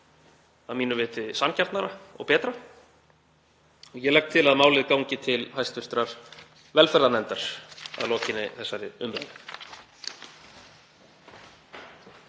að mínu viti sanngjarnara og betra. Ég legg til að málið gangi til hv. velferðarnefndar að lokinni þessari umræðu.